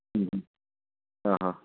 હં હં